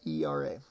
ERA